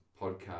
podcast